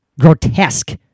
grotesque